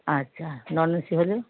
আচ্ছা non AC হলে